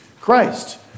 Christ